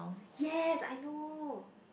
yes I know